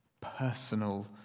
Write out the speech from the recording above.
personal